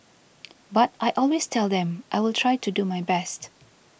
but I always tell them I will try to do my best